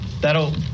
that'll